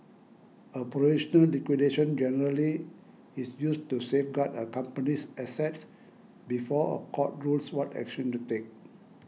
a provisional liquidation generally is used to safeguard a company's assets before a court rules what action to take